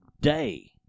day